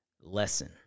lesson